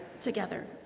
together